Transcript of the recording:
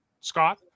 Scott